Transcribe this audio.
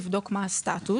לבדוק מה הסטטוס.